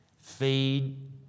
Feed